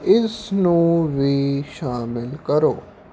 ਇਸ ਨੂੰ ਵੀ ਸ਼ਾਮਲ ਕਰੋ